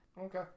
Okay